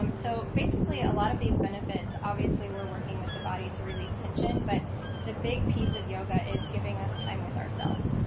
um so basically a lot of these benefits obviously, we're working with the body to release tension. but the big piece of yoga is giving us time with ourselves.